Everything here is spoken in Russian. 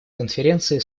конференции